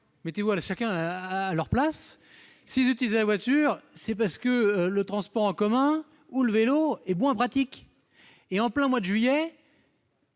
Mettez-vous à leur place : s'ils utilisent la voiture, c'est parce que les transports en commun ou le vélo sont moins pratiques. En plein mois de juillet,